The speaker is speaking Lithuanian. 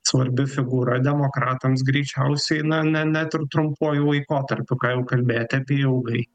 svarbi figūra demokratams greičiausiai na ne net ir trumpuoju laikotarpiu ką jau kalbėti apie ilgąjį